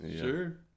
Sure